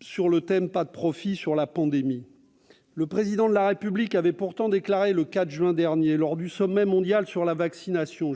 sur le thème :« Pas de profit sur la pandémie ». Le Président de la République avait pourtant déclaré, le 4 juin dernier, lors du sommet mondial sur la vaccination :